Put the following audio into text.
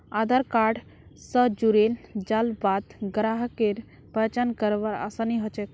आधार card स जुड़ेल जाल बाद ग्राहकेर पहचान करवार आसानी ह छेक